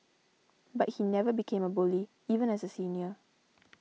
but he never became a bully even as a senior